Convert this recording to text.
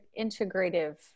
integrative